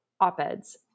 op-eds